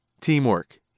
Teamwork